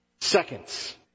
seconds